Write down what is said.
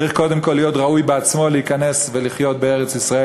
צריך קודם כול להיות ראוי בעצמו להיכנס ולחיות בארץ-ישראל,